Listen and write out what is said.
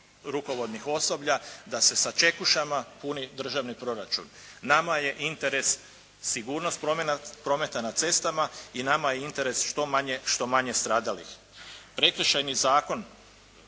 rukovodnih osoblja da se sačekušama puni državni proračun. Nama je interes sigurnost prometa na cestama i nama je interes što manje stradalih. Prekršajni zakon